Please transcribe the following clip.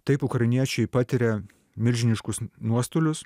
taip ukrainiečiai patiria milžiniškus nuostolius